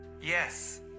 Yes